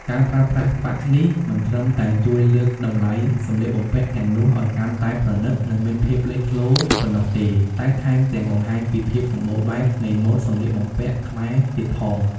ការប្រើប្រាស់ប៉ាក់នេះ មិនត្រឹមតែជួយលើកតម្លៃសម្លៀកបំពាក់ទាំងនោះឱ្យកាន់តែប្រណិត និងមានភាពលេចធ្លោប៉ុណ្ណោះទេ តែថែមទាំងបង្ហាញពីភាពសម្បូរបែបនៃម៉ូដសម្លៀកបំពាក់ខ្មែរទៀតផង។